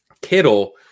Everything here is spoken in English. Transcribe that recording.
Kittle